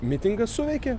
mitingas suveikė